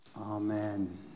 Amen